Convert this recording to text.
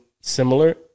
similar